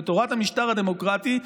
בתורת המשטר הדמוקרטי,